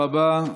תודה רבה.